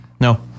No